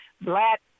black